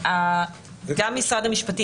גם במשרד המשפטים